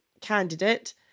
candidate